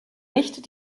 nicht